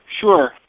Sure